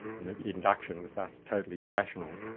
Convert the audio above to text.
and that induction was thus totally irrational.